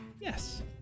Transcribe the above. Yes